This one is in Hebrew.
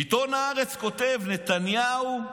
עיתון הארץ כותב: נתניהו,